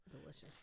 Delicious